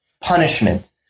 punishment